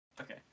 Okay